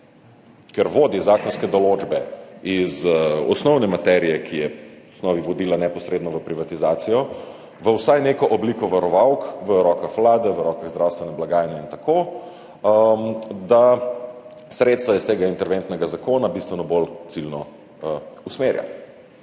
ker vodi zakonske določbe iz osnovne materije, ki je v osnovi vodila neposredno v privatizacijo, v vsaj neko obliko varovalk v rokah Vlade, v rokah zdravstvene blagajne in tako, da sredstva iz tega interventnega zakona bistveno bolj ciljno usmerja.